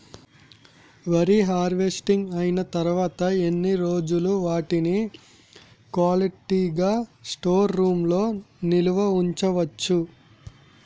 వరి హార్వెస్టింగ్ అయినా తరువత ఎన్ని రోజులు వాటిని క్వాలిటీ గ స్టోర్ రూమ్ లొ నిల్వ ఉంచ వచ్చు?